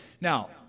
Now